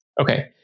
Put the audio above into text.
Okay